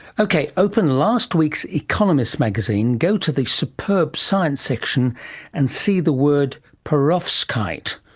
okay, open last week's economist magazine, go to the superb science section and see the word perovskite.